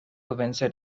vincent